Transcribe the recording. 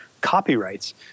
copyrights